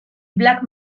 black